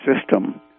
system